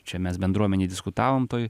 čia mes bendruomenėj diskutavom toj